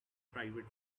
private